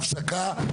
הפסקה.